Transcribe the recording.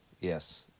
Yes